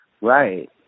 Right